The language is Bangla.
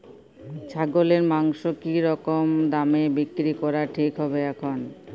ছাগলের মাংস কী রকম দামে বিক্রি করা ঠিক হবে এখন?